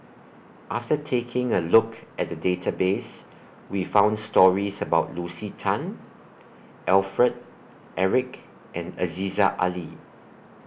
after taking A Look At The Database We found stories about Lucy Tan Alfred Eric and Aziza Ali